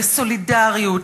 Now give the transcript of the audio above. לסולידריות,